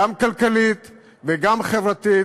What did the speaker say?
גם כלכלית וגם חברתית,